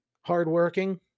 hardworking